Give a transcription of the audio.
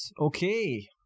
okay